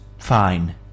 Fine